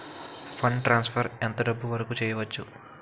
Fund transfer ఎంత డబ్బు వరుకు చేయవచ్చు?